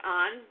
on